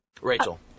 Rachel